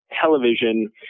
television